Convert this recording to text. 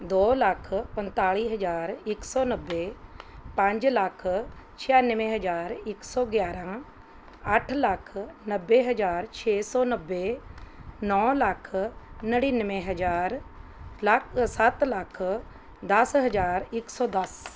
ਦੋ ਲੱਖ ਪੰਤਾਲੀ ਹਜ਼ਾਰ ਇੱਕ ਸੌ ਨੱਬੇ ਪੰਜ ਲੱਖ ਛਿਆਨਵੇਂ ਹਜ਼ਾਰ ਇੱਕ ਸੌ ਗਿਆਰਾਂ ਅੱਠ ਲੱਖ ਨੱਬੇ ਹਜ਼ਾਰ ਛੇ ਸੌ ਨੱਬੇ ਨੌ ਲੱਖ ਨੜਿਨਵੇਂ ਹਜ਼ਾਰ ਲੱਖ ਸੱਤ ਲੱਖ ਦਸ ਹਜ਼ਾਰ ਇੱਕ ਸੌ ਦਸ